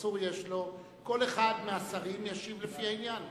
כל אחד מהשרים ישיב לפי העניין.